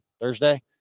Thursday